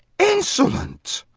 insolent!